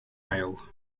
ale